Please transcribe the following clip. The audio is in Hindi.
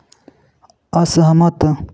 असहमत